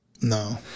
No